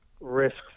risks